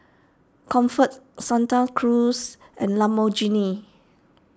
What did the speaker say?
Comfort Santa Cruz and Lamborghini